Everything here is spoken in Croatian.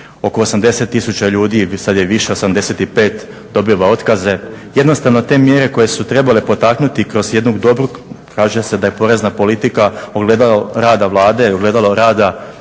oko 80 tisuća ljudi sada je više 85 dobiva otkaze. Jednostavno te mjere koje su trebale potaknuti kroz jednu dobru, kaže se da je porezna politika ogledalo rada Vlade, ogledalo rada